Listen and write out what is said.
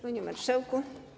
Panie Marszałku!